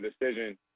decision